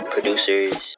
Producers